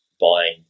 buying